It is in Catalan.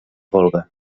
volga